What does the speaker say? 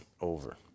over